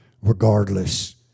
regardless